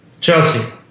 Chelsea